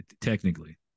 technically